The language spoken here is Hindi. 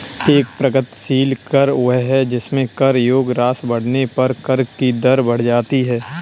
एक प्रगतिशील कर वह है जिसमें कर योग्य राशि बढ़ने पर कर की दर बढ़ जाती है